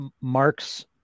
Mark's